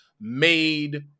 made